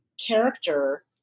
character